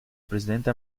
presidente